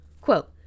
quote